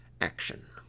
action